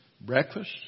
Breakfast